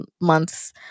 months